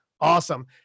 Awesome